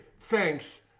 thanks